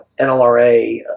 NLRA